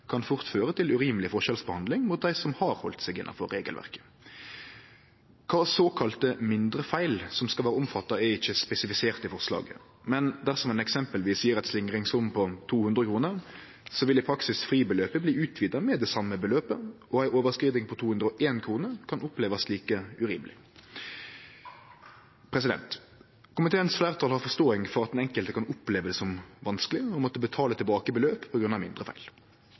kan fort føre til urimeleg forskjellsbehandling i forhold til dei som har halde seg innanfor regelverket. Kva såkalla mindre feil som skal vere omfatta, er ikkje spesifiserte i forslaget, men dersom ein eksempelvis gjev eit slingringsmonn på 200 kr, vil i praksis fribeløpet bli utvida med det same beløpet, og ei overskriding på 201 kr kan opplevast like urimeleg. Komiteens fleirtal har forståing for at den enkelte kan oppleve det som vanskeleg å måtte betale tilbake beløp på grunn av mindre feil,